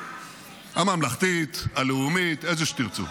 הממלכתית, הלאומית, איזו שתרצו.